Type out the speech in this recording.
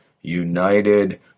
united